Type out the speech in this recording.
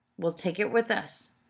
we'll take it with us.